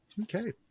Okay